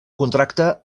contracte